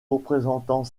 représentant